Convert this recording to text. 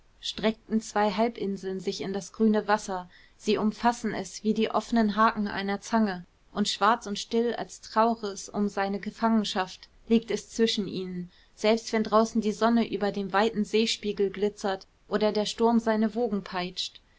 strecken zwei halbinseln sich in das grüne wasser sie umfassen es wie die offenen haken einer zange und schwarz und still als traure es über seine gefangenschaft liegt es zwischen ihnen selbst wenn draußen die sonne über dem weiten seespiegel glitzert oder der sturm seine wogen peitscht